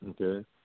Okay